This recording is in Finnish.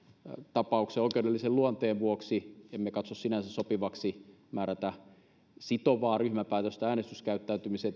tapauksen oikeudellisen luonteen vuoksi emme katso sinänsä sopivaksi määrätä sitovaa ryhmäpäätöstä äänestyskäyttäytymiseen